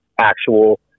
actual